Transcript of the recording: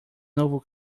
novo